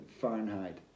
Fahrenheit